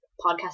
podcast